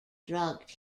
drugged